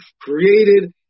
created